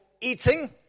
eating